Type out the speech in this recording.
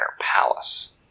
palace